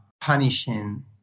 punishing